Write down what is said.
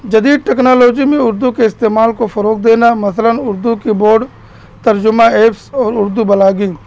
جدید ٹیکنالوجی میں اردو کے استعمال کو فروغ دینا مثلاً اردو کی بورڈ ترجمہ ایپس اور اردو بلاگنگ